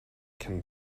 can